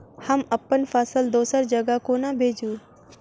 हम अप्पन फसल दोसर जगह कोना भेजू?